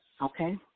okay